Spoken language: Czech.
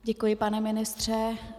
Děkuji, pane ministře.